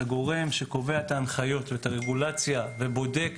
הגורם שקובע את ההנחיות ואת הרגולציה ובודק